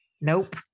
nope